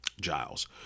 Giles